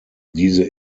diese